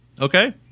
Okay